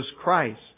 Christ